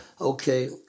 Okay